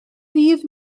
ddydd